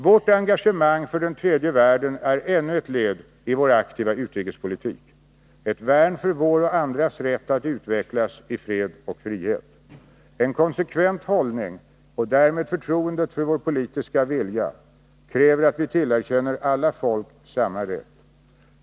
Vårt engagemang för den tredje världen är ännu ett led i vår aktiva utrikespolitik, ett värn för vår och andras rätt att utvecklas i fred och frihet. En konsekvent hållning, och därmed förtroendet för vår politiska vilja, kräver att vi tillerkänner alla folk samma rätt.